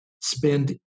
spend